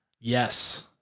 Yes